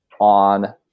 on